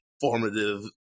formative